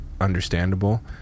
understandable